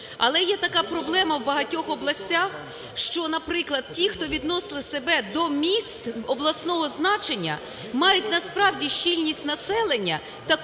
Дякую.